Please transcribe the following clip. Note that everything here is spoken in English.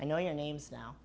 i know your name's now